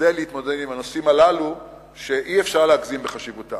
כדי להתמודד עם הנושאים הללו שאי-אפשר להגזים בחשיבותם.